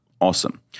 awesome